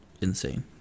insane